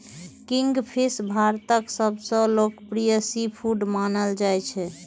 kingfish भारतक सबसं लोकप्रिय सीफूड मानल जाइ छै